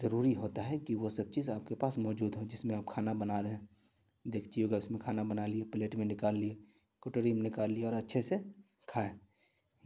ضروری ہوتا ہے کہ وہ سب چیز آپ کے پاس موجود ہوں جس میں آپ کھانا بنا رہے ہیں دیگچی ہوگا اس میں کھانا بنا لیے پلیٹ میں نکال لیے کٹوری میں نکال لیے اور اچھے سے کھائے